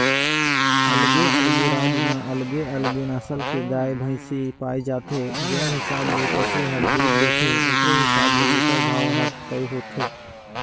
अलगे अलगे राज म अलगे अलगे नसल के गाय, भइसी पाए जाथे, जउन हिसाब ले पसु ह दूद देथे ओखरे हिसाब ले एखर भाव हर तय होथे